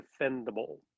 defendable